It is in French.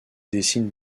dessine